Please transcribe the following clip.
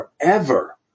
forever